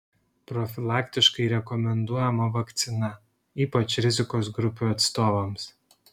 profilaktiškai rekomenduojama vakcina ypač rizikos grupių atstovams